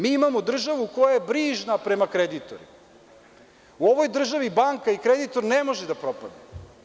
Mi imamo državu koja je brižna prema kreditorima, u ovoj državi banka i kreditor ne može da propadnu.